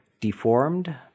deformed